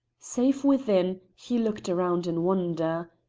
safe within, he looked around in wonder.